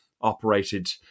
operated